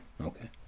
Okay